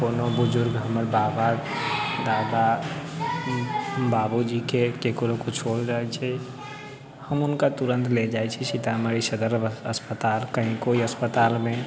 कोनो बुजुर्ग हमर बाबा दादा बाबूजीके ककरो किछु हो जाइ छै हम हुनका तुरन्त लऽ जाइ छी सीतामढ़ी सदर हस्पताल कहीँ कोइ हस्पतालमे